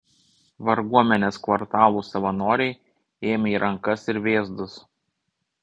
varguomenės kvartalų savanoriai ėmė į rankas ir vėzdus